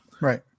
right